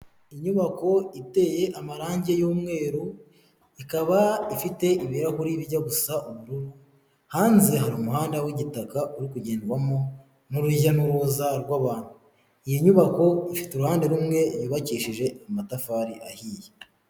Inyubako iteye amarangi y'umweru ikaba ifite ibirahuri bijya gusa ubururu, hanze hari umuhanda w'igitaka uri kugendwamo n'urujya n'uruza rw'abantu iyi nyubako ifite uruhande rumwe rwubakishije amatafari ahiye.